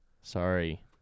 Sorry